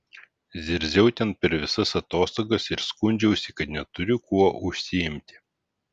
zirziau ten per visas atostogas ir skundžiausi kad neturiu kuo užsiimti